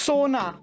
Sona